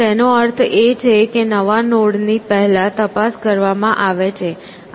તેનો અર્થ એ છે કે નવા નોડની પહેલા તપાસ કરવામાં આવે છે